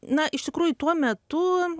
na iš tikrųjų tuo metu